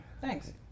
Thanks